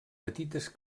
petites